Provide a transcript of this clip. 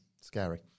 Scary